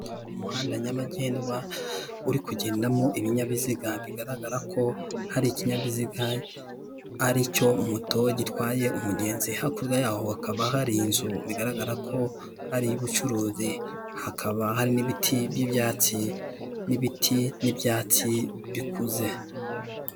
Umuhanda nyabagendwa uri kugengamo ibinyabiziga bigaragara ko hari ikinyabiziga aricyo moto gitwaye umugenzi, hakurya yaho hakaba hari inzu bigaragara ko ari iy'ubucuruzi hakaba hari n'ibiti by'ibyatsi, n'ibiti n'ibyatsi bikuze.